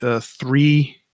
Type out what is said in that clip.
three